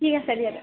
ঠিক আছে দিয়ক